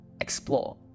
explore